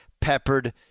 peppered